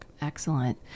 Excellent